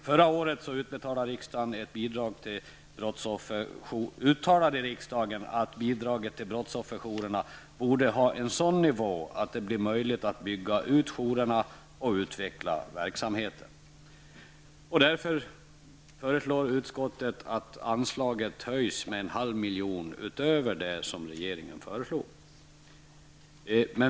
Förra året uttalade riksdagen att bidraget till brottsofferjourerna borde ha en sådan nivå att det blir möjligt att bygga ut jourerna och utveckla verksamheten. Utskottet föreslår därför att anslaget höjs med en halv miljon utöver det belopp som regeringen har föreslagit.